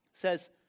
says